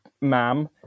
ma'am